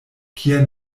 kia